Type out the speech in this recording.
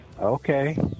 okay